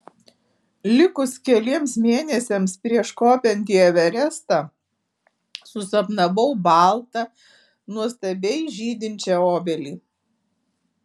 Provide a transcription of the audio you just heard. likus keliems mėnesiams prieš kopiant į everestą susapnavau baltą nuostabiai žydinčią obelį